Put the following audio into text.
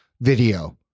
video